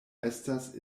estas